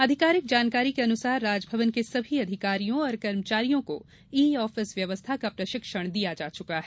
आधिकारिक जानकारी के अनुसार राजभवन के सभी अधिकारियों और कर्मचारियों को ई आफिस व्यवस्था का प्रशिक्षण दिया जा चुका है